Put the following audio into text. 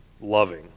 loving